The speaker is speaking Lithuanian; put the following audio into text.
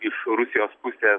iš rusijos pusės